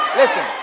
listen